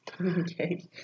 Okay